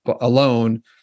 alone